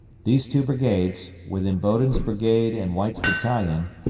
these two brigades, with imboden's brigade, and white's battalion,